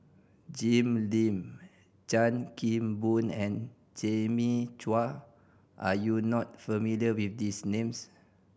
Jim Lim Chan Kim Boon and Jimmy Chua are you not familiar with these names